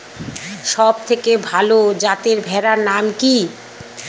সবথেকে ভালো যাতে ভেড়ার নাম কি?